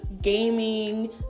gaming